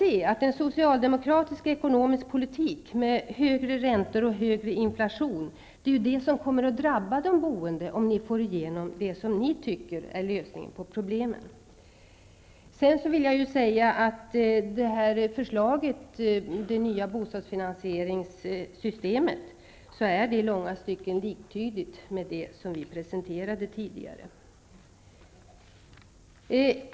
En socialdemokratisk ekonomisk politik med högre räntor och högre inflation kommer att drabba de boende, om ni får igenom det som ni tycker är lösningen på problemen. Förslaget om ett nytt bostadsfinansieringssystem är i långa stycken detsamma som det vi presenterade tidigare.